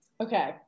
Okay